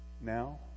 now